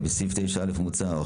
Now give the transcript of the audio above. בסעיף 9א(א) המוצע,